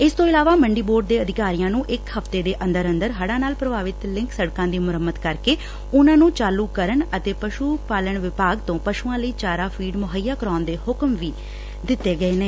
ਇਸ ਤੋਂ ਇਲਾਵਾ ਮੰਡੀ ਬੋਰਡ ਦੇ ਅਧਿਕਾਰੀਆਂ ਨੂੰ ਇਕ ਹਫਤੇ ਦੇ ਅੰਦਰ ਅੰਦਰ ਹੜਾਂ ਨਾਲ ਪ੍ਰਭਾਵਿਤ ਲਿੰਕ ਸੜਕਾਂ ਦੀ ਮੁਰੰਮਤ ਕਰਕੇ ਉਨ੍ਹਾਂ ਨੂੰ ਚਾਲੂ ਕਰਨ ਅਤੇ ਪਸੂੂ ਪਾਲਣ ਵਿਭਾਗ ਤੋਂ ਪਸੂੂਆਂ ਲਈ ਚਾਰਾ ਫੀਡ ਮੁਹੱਈਆ ਕਰਵਾਉਣ ਦੇ ਹੁਕਮ ਵੀ ਦਿੱਤੇ ਗਏ ਨੇ